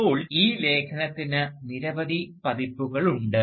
ഇപ്പോൾ ഈ ലേഖനത്തിന് നിരവധി പതിപ്പുകളുണ്ട്